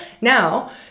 Now